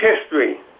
history